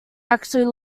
actually